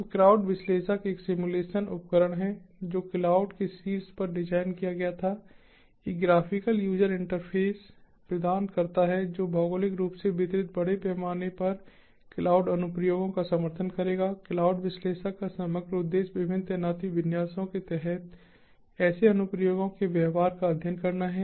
तो क्राउड विश्लेषक एक सिम्युलेशन उपकरण है जो क्लाउड के शीर्ष पर डिज़ाइन किया गया था एक ग्राफिकल यूजर इंटरफेस प्रदान करता है जो भौगोलिक रूप से वितरित बड़े पैमाने पर क्लाउड अनुप्रयोगों का समर्थन करेगा क्लाउड विश्लेषक का समग्र उद्देश्य विभिन्न तैनाती विन्यासों के तहत ऐसे अनुप्रयोगों के व्यवहार का अध्ययन करना है